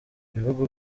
ibihugu